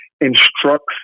instructs